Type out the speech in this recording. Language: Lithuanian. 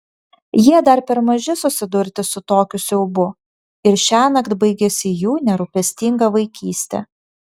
jie dar per maži susidurti su tokiu siaubu ir šiąnakt baigiasi jų nerūpestinga vaikystė